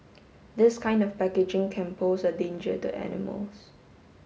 this kind of packaging can pose a danger to animals